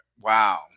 wow